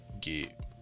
get